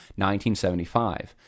1975